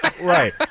Right